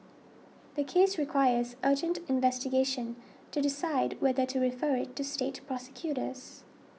the case requires urgent investigation to decide whether to refer it to state prosecutors